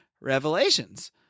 revelations